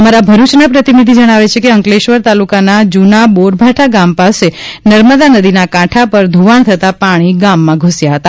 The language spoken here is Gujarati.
અમારા ભરુચના પ્રતિનિધિ જજ્ઞાવે છે કે અંકલેશ્વર તાલુકના જૂના બોરભાઠા ગામ પાસે નર્મદા નદીના કાંઠા પર ધોવાજ્ઞ થતાં પાક્ષી ગામમાં ઘુસ્યા હતા